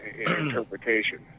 interpretation